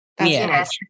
Yes